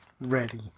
ready